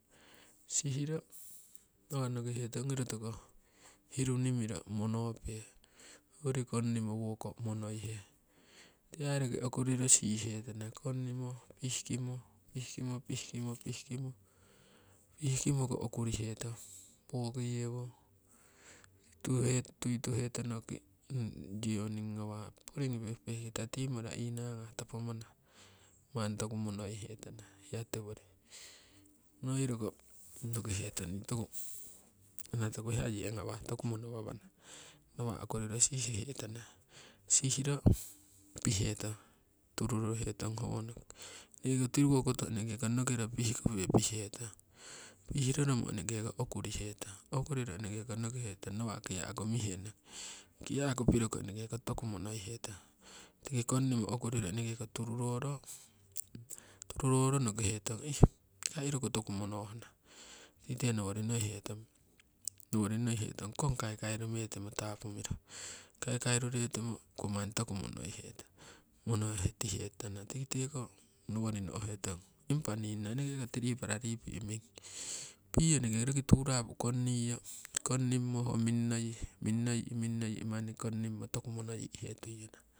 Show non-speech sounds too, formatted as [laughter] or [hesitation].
Sihiro nawa' nokihe tong ongi rotoko hiruni miro monope hoyori konnimo woko monoihe tii aii roki okuriro sihihe tana konnimo pihkimo, pihkimo, pihkimo, pihkimo pihkimoko okurihe tong. Woki yewo tuituhe tonoki yewoning ngawah porigi pehpeh kita tii mara inagah topo manah manni toku monoihe tana hiya tiwori onohiroko ngoki hetong ana toku hiya ye ngawah toku mono wamana nawa' okuriro sishihe tana. Sihiro pihetong tururoro hetong howono eneke tiruko koto eneke nokiro pihkupe pihetong pihroromo eneke ko okuri hetong, okuriro eneke ko noki hetong nawa' kiya'ku mihe nong. Kiya'ku piroko eneke ko toku monoi hetong tiki konnimo okuriro eneke ko tururoro, tururoro nokihe tong [hesitation] kai iroko toku monohna tikite nowori nohihe tong. Nowori ngokihe tong kong kaikairume timo tapumiro kaikairure timoko manni toku monoitihe tutana, tikite ko nowori no'he tong impa ningno eneke ko tiripara ripi' ming piyo eneke turapu konniyo konnimo ho minnoyi minnoyi manni toku monoihe tuiyana.